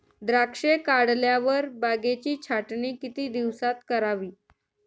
द्राक्षे काढल्यावर बागेची छाटणी किती दिवसात करावी?